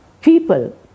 people